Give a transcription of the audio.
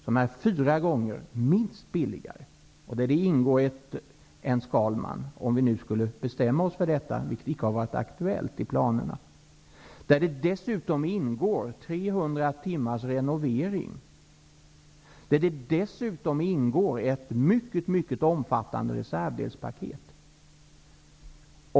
Det blir minst fyra gånger billigare, och där ingår en Skalmanbandvagn -- om vi nu skulle bestämma oss för den, vilket inte har varit aktuellt i planerna -- och 300 timmars reparationsarbete samt ett mycket omfattande reservdelspaket.